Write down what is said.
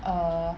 err